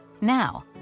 Now